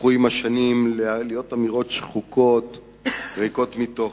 הפכו עם השנים לאמירות שחוקות וריקות מתוכן.